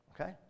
Okay